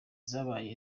zabaye